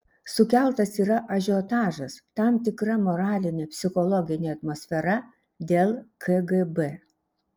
sukeltas yra ažiotažas tam tikra moralinė psichologinė atmosfera dėl kgb